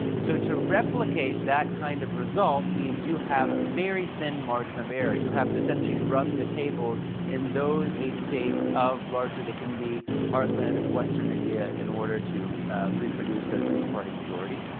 so to replicate that kind of result means you have a very thin margin of error. you have to essentially run the tables in those eight states of largely the hindi heartland and of western india in order to reproduce that single party majority.